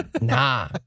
Nah